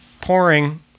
pouring